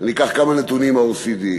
אני אקח כמה נתונים מדוח ה-OECD.